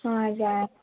हजुर